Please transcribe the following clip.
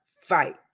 fight